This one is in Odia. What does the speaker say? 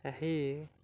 ଏହି